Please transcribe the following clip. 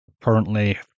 currently